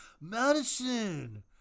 Madison